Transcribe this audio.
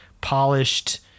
polished